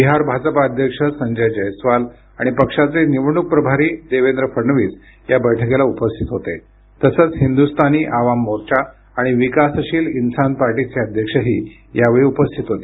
बिहार भाजपा अध्यक्ष संजय जैसवाल आणि पक्षाचे निवडणूक प्रभारी देवेंद्र फडणवीस या बैठकीला उपस्थित होते तसंच हिंदुस्तानी आवाम मोर्चा आणि विकासशील इन्सान पार्टीचे अध्यक्षही यावेळी उपस्थित होते